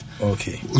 Okay